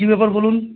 কী ব্যাপার বলুন